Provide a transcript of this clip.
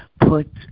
put